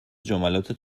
جملات